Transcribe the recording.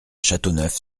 châteauneuf